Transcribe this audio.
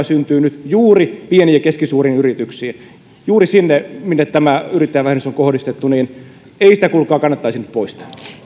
syntyy nyt juuri pieniin ja keskisuuriin yrityksiin juuri sinne minne tämä yrittäjävähennys on kohdistettu niin että ei sitä kuulkaa kannattaisi nyt poistaa